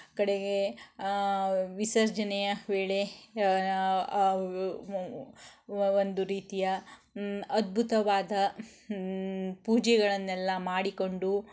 ಕಡೆಗೆ ವಿಸರ್ಜನೆಯ ವೇಳೆ ಒಂದು ರೀತಿಯ ಅದ್ಭುತವಾದ ಪೂಜೆಗಳನ್ನೆಲ್ಲ ಮಾಡಿಕೊಂಡು